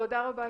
תודה רבה,